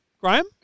Graham